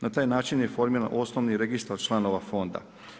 Na taj način je formiran osnovni registar članova Fonda.